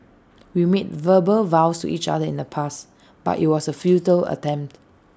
we made verbal vows to each other in the past but IT was A futile attempt